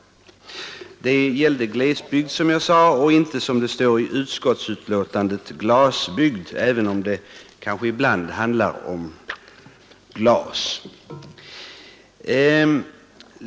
Det här gäller glesbygd, som jag sade, och inte glasbygd, som det står i utskottsbetänkandet, även om det kanske ibland handlar om glas.